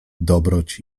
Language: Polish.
dobroć